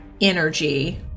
energy